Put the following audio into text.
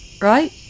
right